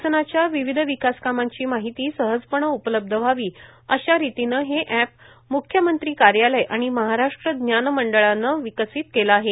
शासनाच्या विविध विकास कामांची माहिती सहजपणे उपलब्ध व्हावी अशा रितीने हे अॅप म्ख्यमंत्री कार्यालय आणि महाराष्ट्र ज्ञान महामंडळाने विकसित केले आहे